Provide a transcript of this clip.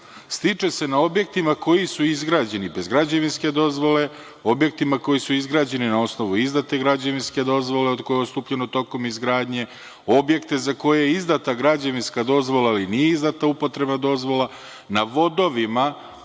stiče se na objektima koji su izgrađeni bez građevinske dozvole, objektima koji su izgrađeni na osnovu izdate građevinske dozvole od koje je odstupljeno tokom izgradnje, objekte za koje je izdata građevinska dozvola ali nije izdata upotrebna dozvola, na vodovima